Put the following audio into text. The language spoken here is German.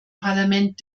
parlament